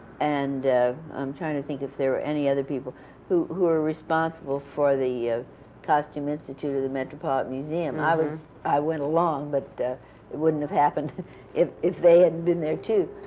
and i'm trying to think if there were any other people who who were responsible for the costume institute of the metropolitan museum. i was i went along, but it wouldn't have happened if if they hadn't been there, too.